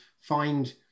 find